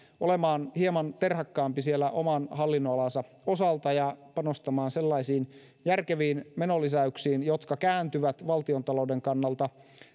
olemaan hieman terhakkaampi oman hallinnonalansa osalta ja panostamaan sellaisiin järkeviin menolisäyksiin jotka kääntyvät valtiontalouden kannalta